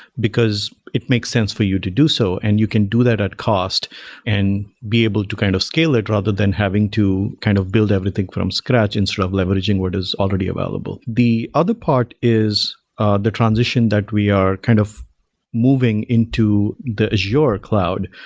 because it makes sense for you to do so, and you can do that at cost and be able to kind of scale it rather than having to kind of build everything from scratch instead of leveraging what is already available. the other part is the transition that we are kind of moving into the azure cloud,